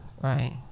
right